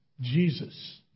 Jesus